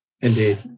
Indeed